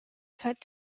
cut